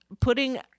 putting